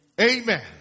Amen